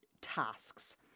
tasks